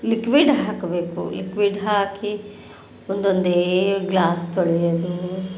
liquid ಹಾಕಬೇಕು liquid ಹಾಕಿ ಒಂದೊಂದೇ ಗ್ಲಾಸ್ ತೊಳೆಯೋದು